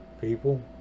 people